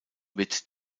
wird